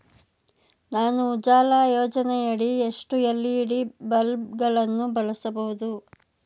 ನಾನು ಉಜಾಲ ಯೋಜನೆಯಡಿ ಎಷ್ಟು ಎಲ್.ಇ.ಡಿ ಬಲ್ಬ್ ಗಳನ್ನು ಬಳಸಬಹುದು?